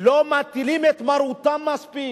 לא מטילים את מרותם מספיק.